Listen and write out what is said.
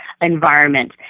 environment